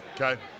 Okay